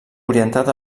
orientat